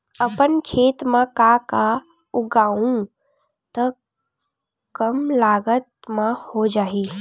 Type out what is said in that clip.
अपन खेत म का का उगांहु त कम लागत म हो जाही?